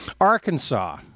Arkansas